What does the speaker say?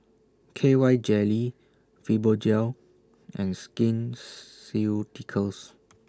K Y Jelly Fibogel and Skin Ceuticals